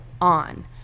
on